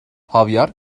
hayvar